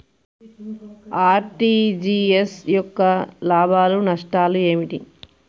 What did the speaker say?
RTGS యొక్క లాభాలు నష్టాలు ఏమిటి?